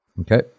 Okay